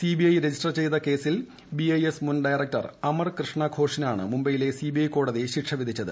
CBI register ചെയ്ത കേസിൽ BIS മുൻ ഡയറക്ടർ അമർ കൃഷ്ണ ഘോഷിനാണ് മുംബൈയിലെ സിബിഐ കോടതി ശിക്ഷ വിധിച്ചത്